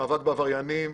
מאבק בעבריינים.